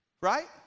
right